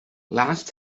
last